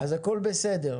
אז הכל בסדר.